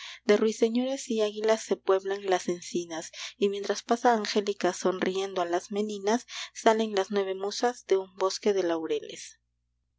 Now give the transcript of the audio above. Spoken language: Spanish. claveles de ruiseñores y águilas se pueblen las encinas y mientras pasa angélica sonriendo a las meninas salen las nueve musas de un bosque de laureles